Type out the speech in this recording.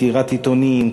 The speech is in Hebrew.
סגירת עיתונים,